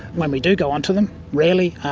when we do go onto them rarely,